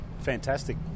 fantastic